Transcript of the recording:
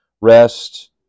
rest